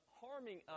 harming